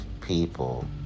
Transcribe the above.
people